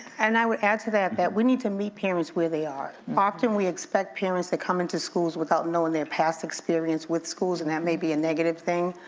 and i would answer that that we need to meet parents where they are. often, we expect parents that come into schools without knowing their past experience with schools and that may be a negative thing.